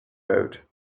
boat